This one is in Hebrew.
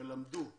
שלמדו שנתיים,